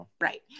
right